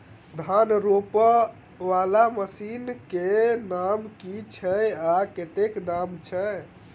धान रोपा वला मशीन केँ नाम की छैय आ कतेक दाम छैय?